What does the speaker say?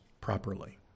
properly